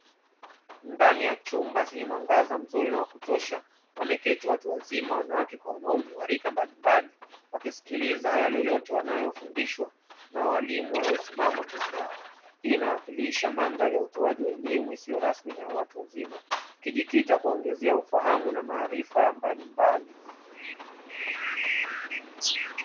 Ndani ya chumba chenye mwangaza mzuri na wakutosha wameketi watu wazima wanawake kwa wanaume wa rika mbalimbali wakisikiliza yale yote wanayo fundishwa nawalimu walio simama mbele yao, hii inawakilisha mandhali ya utoaji elimu isiyo rasmi yawatu wazima ikijikita kuwaongezea ufahamu na maarifa mbalimbali.